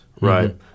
Right